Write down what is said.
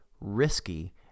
risky